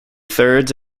thirds